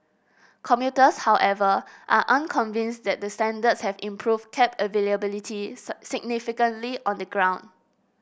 commuters however are unconvinced that the standards have improved cab availability significantly on the ground